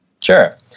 Sure